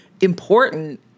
important